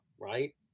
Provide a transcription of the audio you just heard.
right